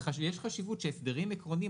יש חשיבות שהסדרים עקרוניים,